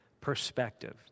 perspective